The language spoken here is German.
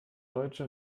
deutsche